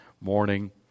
morning